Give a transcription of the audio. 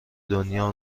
دنیا